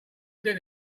did